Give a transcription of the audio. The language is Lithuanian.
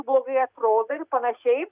blogai atrodo ir panašiai